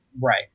Right